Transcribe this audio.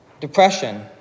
depression